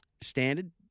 standard